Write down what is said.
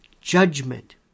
Judgment